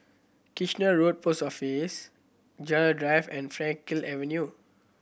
Kitchener Road Post Office Gerald Drive and Frankel Avenue